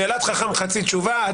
שאלת חכם, חצי תשובה.